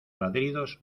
ladridos